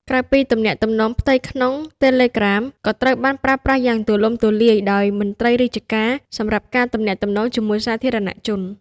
ក្រៅពីការទំនាក់ទំនងផ្ទៃក្នុង Telegram ក៏ត្រូវបានប្រើប្រាស់យ៉ាងទូលំទូលាយដោយមន្ត្រីរាជការ សម្រាប់ការទំនាក់ទំនងជាមួយសាធារណជន។